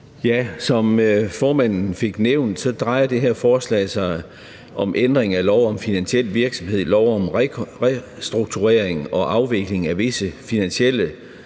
Som formanden fik nævnt, drejer det her forslag sig om ændring af lov om finansiel virksomhed, lov om restrukturering og afvikling af visse finansielle